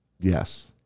yes